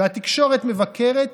והתקשורת מבקרת,